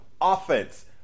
Offense